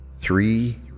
three